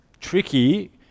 tricky